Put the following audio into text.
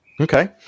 okay